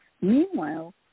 Meanwhile